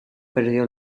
perdió